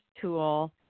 tool